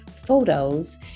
photos